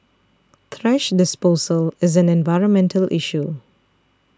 thrash disposal is an environmental issue